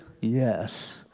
Yes